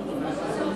ואני מתנצל.